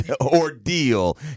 ordeal